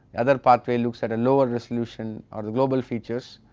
other pathway looks at a lower resolution or global features